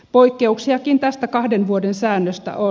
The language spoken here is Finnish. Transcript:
poikkeuksiakin tästä kahden vuoden säännöstä on